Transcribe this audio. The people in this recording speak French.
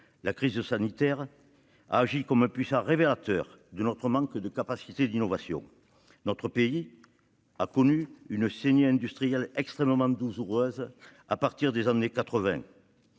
La crise sanitaire a agi comme un puissant révélateur de notre manque de capacités d'innovation. Notre pays a connu une saignée industrielle extrêmement douloureuse à partir des années 1980,